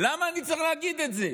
למה אני צריך להגיד את זה?